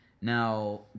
Now